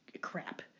crap